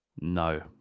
no